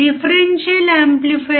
bias voltage plus minus 15 వోల్ట్లు